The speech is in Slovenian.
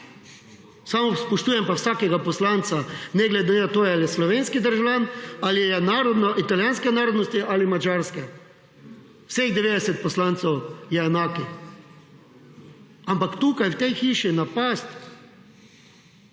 Samo, spoštujem pa vsakega poslanca, ne glede na to, ali je slovenski državljan ali je narodno, italijanske narodnosti ali madžarske, vseh 90 poslancev je enakih, ampak tukaj, v tej hiši, napasti